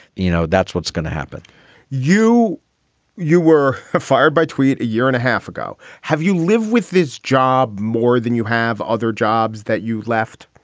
you know, that's what's gonna happen you you were fired by tweet a year and a half ago. have you live with this job more than you have other jobs that you've left?